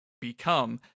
become